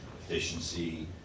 efficiency